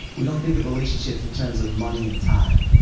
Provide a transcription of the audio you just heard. we don't think of relationships in terms of money and time.